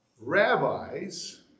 rabbis